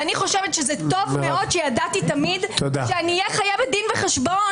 ואני חושבת שזה טוב מאוד שידעתי תמיד שאני אהיה חייבת דין וחשבון.